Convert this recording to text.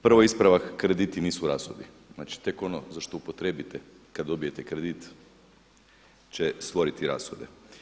Prvo ispravak, krediti nisu rashodi, znači tek ono za što upotrijebite kada dobijete kredit će stvoriti rashode.